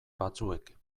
batzuek